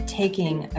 taking